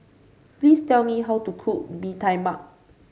please tell me how to cook Bee Tai Mak